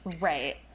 Right